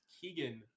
keegan